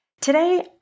Today